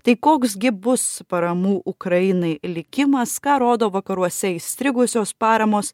tai koks gi bus paramų ukrainai likimas ką rodo vakaruose įstrigusios paramos